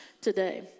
today